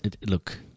Look